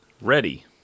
ready